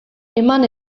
eman